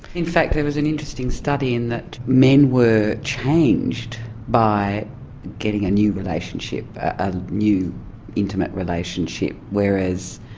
in fact, there was an interesting study in that men were changed by getting a new relationship, a new intimate relationship, whereas.